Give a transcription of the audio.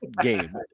game